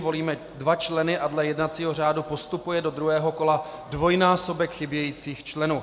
Volíme dva členy a dle jednacího řádu postupuje do druhého kola dvojnásobek chybějících členů.